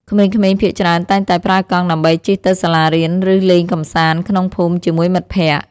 ក្មេងៗភាគច្រើនតែងតែប្រើកង់ដើម្បីជិះទៅសាលារៀន ឬលេងកម្សាន្តក្នុងភូមិជាមួយមិត្តភក្តិ។